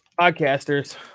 Podcasters